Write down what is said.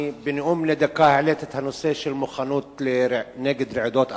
אני העליתי בנאום בן דקה את הנושא של מוכנות נגד רעידות אדמה,